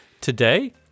today